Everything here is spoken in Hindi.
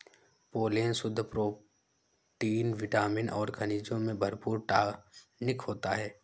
पोलेन शुद्ध प्रोटीन विटामिन और खनिजों से भरपूर टॉनिक होता है